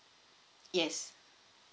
yes